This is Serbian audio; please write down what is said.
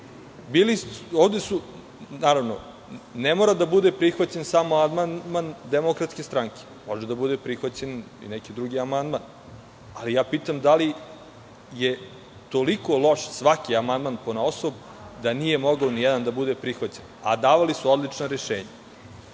prihvaćen. Naravno, ne mora da bude prihvaćen samo amandman DS, može da bude prihvaćen i neki drugi amandman, ali pitam - da li je toliko loš svaki amandman ponaosob, da nije mogao nijedan da bude prihvaćen, a davali su odlična rešenja? Sa